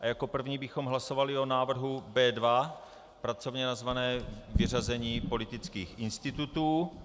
Jako první bychom hlasovali o návrhu B2, pracovně nazvaném vyřazení politických institutů.